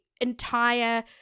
entire